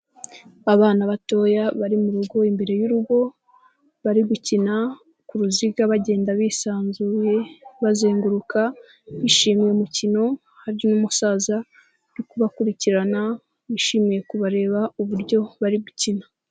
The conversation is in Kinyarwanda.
Abana batoya bari mu rugo imbere y'urugo bari gukina ku ruziga bagenda bisanzuye bazenguruka bishimiye umukino, hari n'umusaza uri kubakurikirana wishimiye kubareba uburyo bari gukina.